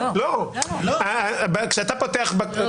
אני לא רוצה גם פיגורים,